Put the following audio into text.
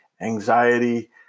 anxiety